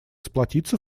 сплотиться